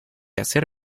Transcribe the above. hacer